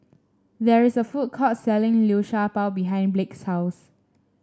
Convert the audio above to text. there is a food court selling Liu Sha Bao behind Blake's house